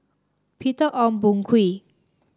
Peter Ong Boon Kwee